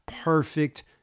perfect